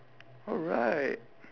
alright